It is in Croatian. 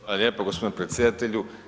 Hvala lijepo gospodine predsjedatelju.